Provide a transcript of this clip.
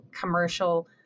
commercial